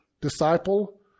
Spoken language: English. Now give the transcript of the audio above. disciple